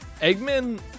Eggman